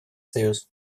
союз